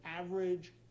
average